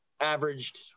averaged